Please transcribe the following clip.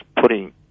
putting